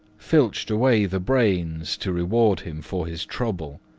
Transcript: filched away the brains to reward him for his trouble.